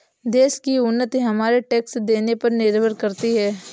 देश की उन्नति हमारे टैक्स देने पर निर्भर करती है